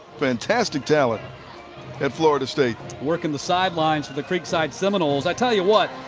fantastic talent at florida state. working the sidelines the creekside seminoles. i tell you what,